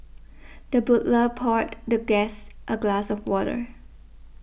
the butler poured the guest a glass of water